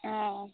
ᱚᱻ